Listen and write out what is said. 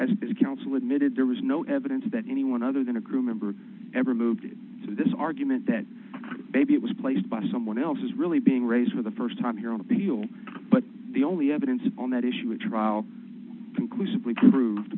as counsel admitted there was no evidence that anyone other than a crew member ever moved to this argument that baby was placed by someone else is really being raised for the st time here on appeal but the only evidence on that issue at trial conclusively prove